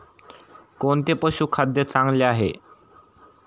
कोणते पशुखाद्य चांगले आहे?